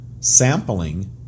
sampling